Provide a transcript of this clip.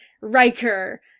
Riker